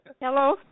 Hello